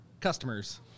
customers